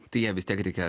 tai ją vis tiek reikia